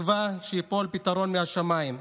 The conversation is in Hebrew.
בתקווה שייפול פתרון מהשמיים.